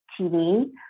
TV